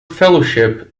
fellowship